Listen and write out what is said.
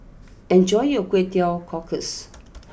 enjoy your Kway Teow Cockles